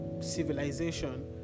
Civilization